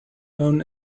known